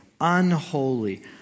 unholy